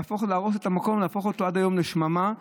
להרוס את המקום ולהפוך אותו עד היום לשממה.